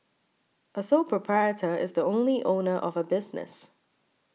a sole proprietor is the only owner of a business